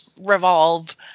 Revolve